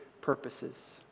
purposes